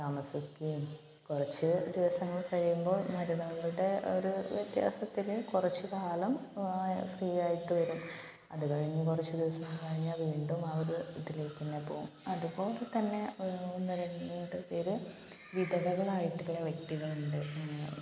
താമസിക്കുകയും കുറച്ച് ദിവസങ്ങൾ കഴിയുമ്പോൾ മരുന്നുകളുടെ ഓരോ വ്യത്യാസത്തില് കുറച്ച് കാലം ഫ്രീ ആയിട്ട് വരും അത് കഴിഞ്ഞ് കുറച്ച് ദിവസം കഴിഞ്ഞാൽ വീണ്ടും അവര് ഇതിലേക്ക് തന്നെ പോകും അതുപോലെ തന്നെ ഒന്ന് രണ്ട് പേരും വിധവകളായിട്ടുള്ള വ്യക്തികളുണ്ട്